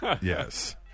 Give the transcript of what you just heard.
Yes